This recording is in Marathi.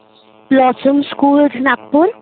blossoms schools Nagpur